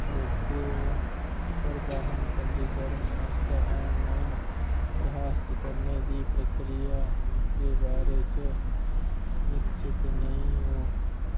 करदे ओ पर वाहन पंजीकरण आस्तै आनलाइन दरखास्त करने दी प्रक्रिया दे बारे च निश्चत निं ओ